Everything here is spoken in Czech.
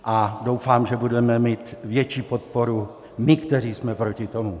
A doufám, že budeme mít větší podporu my, kteří jsme proti tomu.